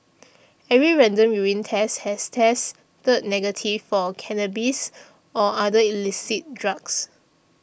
every random urine test since has tested negative for cannabis or other illicit drugs